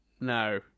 No